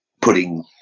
putting